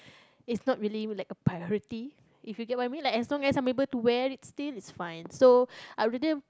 is not really like a priority if you get what I mean like as long as some people to wear it still is fine so